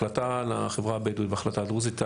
החלטה על החברה הבדואית ועל החברה הדרוזית,